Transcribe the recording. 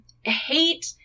hate